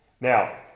Now